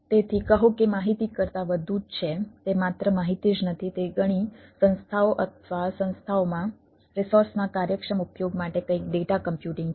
તેથી કહો કે તે માહિતી કરતાં વધુ છે તે માત્ર માહિતી જ નથી તે ઘણી સંસ્થાઓ અથવા સંસ્થાઓમાં રિસોર્સના કાર્યક્ષમ ઉપયોગ માટે કંઈક ડેટા કમ્પ્યુટિંગ છે